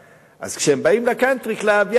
אז כשהם באים ל"קאנטרי קלאב",